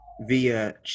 via